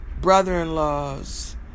brother-in-laws